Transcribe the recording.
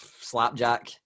Slapjack